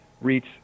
reach